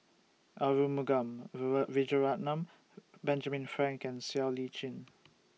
Arumugam Vijiaratnam Benjamin Frank and Siow Lee Chin